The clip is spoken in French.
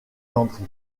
landry